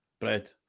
Bread